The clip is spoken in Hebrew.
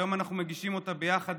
והיום אנחנו מגישים אותה ביחד,